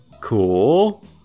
Cool